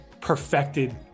perfected